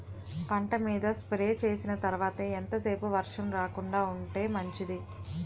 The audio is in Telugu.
పంట మీద స్ప్రే చేసిన తర్వాత ఎంత సేపు వర్షం రాకుండ ఉంటే మంచిది?